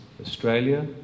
Australia